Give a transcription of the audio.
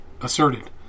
asserted